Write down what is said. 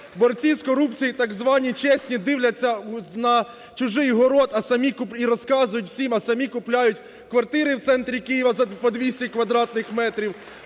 борці з корупцією так звані чесні дивляться на чужий город і розказують всім, а самі купляють квартири в центрі Києва по 200 квадратних метрів,